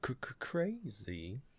crazy